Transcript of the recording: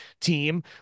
team